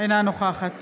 אינה נוכחת